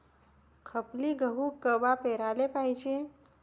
खपली गहू कवा पेराले पायजे?